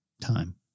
time